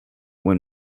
when